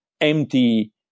empty